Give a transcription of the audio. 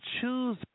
choose